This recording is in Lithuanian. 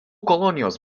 kolonijos